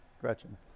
Gretchen